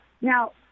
Now